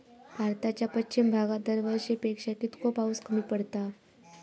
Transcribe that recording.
भारताच्या पश्चिम भागात दरवर्षी पेक्षा कीतको पाऊस कमी पडता?